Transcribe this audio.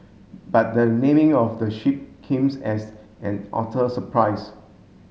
but the naming of the ship as an utter surprise